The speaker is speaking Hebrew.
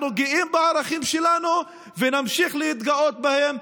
אנחנו גאים בערכים שלנו ונמשיך להתגאות בהם,